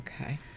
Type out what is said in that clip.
Okay